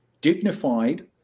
dignified